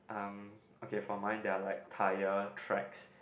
um okay for mine there are like tire tracks